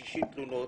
60 תלונות,